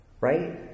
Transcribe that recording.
Right